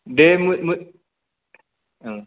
बे ओं